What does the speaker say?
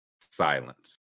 Silence